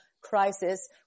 crisis